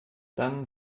dann